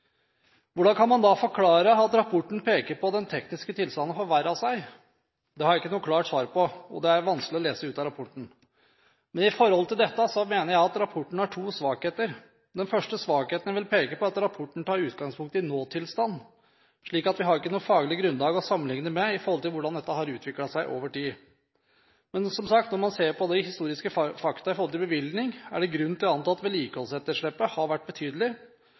Hvordan kan man da forklare at rapporten peker på at den tekniske tilstanden har forverret seg? Det har jeg ikke noe klart svar på, og det er det vanskelig å lese ut av rapporten. Men når det gjelder dette, mener jeg at rapporten har to svakheter. Den første svakheten jeg vil peke på, er at rapporten tar utgangspunkt i en nå-tilstand, slik at vi ikke har noe faglig grunnlag å sammenligne med når det gjelder hvordan dette har utviklet seg over tid. Men, som sagt, når man ser på historiske fakta i forhold til bevilgning, er det grunn til å anta at vedlikeholdsetterslepet har vært betydelig.